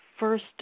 first